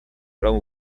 ron